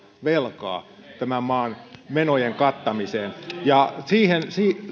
velkaa tämän maan menojen kattamiseen